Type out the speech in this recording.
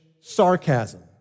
sarcasm